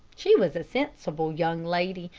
she was a sensible young lady,